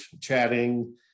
chatting